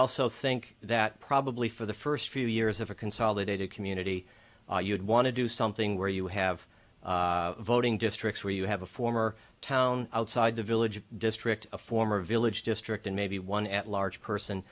also think that probably for the first few years of a consolidated community you'd want to do something where you have voting districts where you have a former town outside the village a district a former village district and maybe one at large person